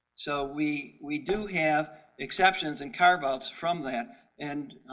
so we. we do have exceptions and carve-outs from that and